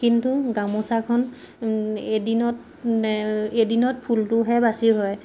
কিন্তু গামোচাখন এদিনত এদিনত ফুলটোহে বাচি হয়